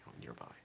nearby